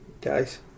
guys